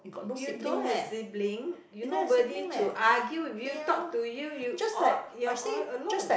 you don't have sibling you nobody to argue with you talk to you you all you're all alone